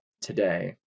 today